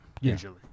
usually